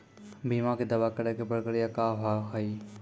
बीमा के दावा करे के प्रक्रिया का हाव हई?